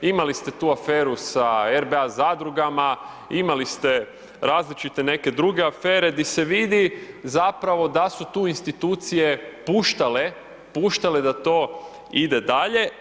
Imali ste tu aferu sa RBA zadrugama, imali ste različite neke druge afere, di se vidi zapravo da su tu institucije puštale da to ide dalje.